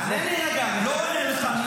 תענה לי רגע, אני מדבר איתך.